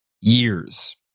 years